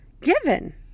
given